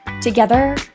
Together